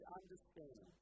understand